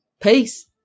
Peace